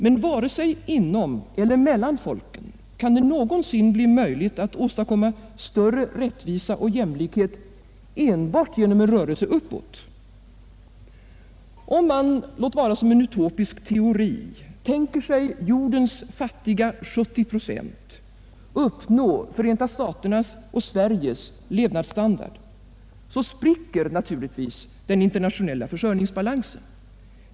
Men varken inom eller mellan folken kan det ,någonsin bli möjligt att åstadkomma större rättvisa och jämlikhet enbart genom en rörelse uppåt. Om man, låt vara som en utopisk teori, tänker sig jordens fattiga 70 procent uppnå Förenta staternas och Sveriges levnadsstandard spricker naturligtvis den internationella försörjningsbalansen.